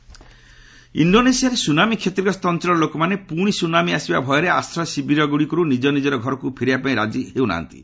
ସ୍ରନାମୀ victims ଇଣ୍ଡୋନେସିଆରେ tsunami କ୍ଷତିଗ୍ରସ୍ତ ଅଞ୍ଚଳର ଲୋକମାନେ ପୁଣି ସୁନାମୀ ଆସିବା ଭୟରେ ଆଶ୍ରୟ ଶିବିରଗୁଡ଼ିକରୁ ନିଜ ନିଜର ଘରକୁ ଫେରିବାପାଇଁ ରାଜି ହେଉ ନାହାନ୍ତି